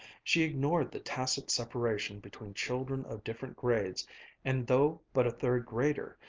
she ignored the tacit separation between children of different grades and, though but a third-grader,